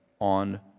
on